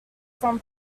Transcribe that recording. from